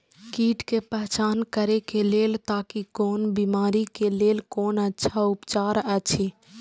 कीट के पहचान करे के लेल ताकि कोन बिमारी के लेल कोन अच्छा उपचार अछि?